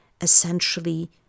essentially